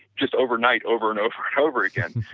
just overnight, over and over and over again.